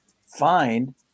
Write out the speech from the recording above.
find